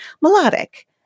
melodic